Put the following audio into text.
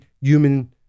human